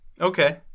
okay